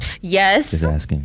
Yes